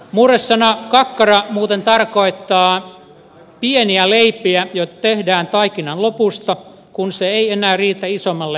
murresana kakkara muuten tarkoittaa pieniä leipiä joita tehdään taikinan lopusta kun taikina ei enää riitä isomman leivän tekemiseen